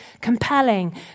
compelling